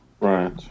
Right